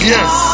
Yes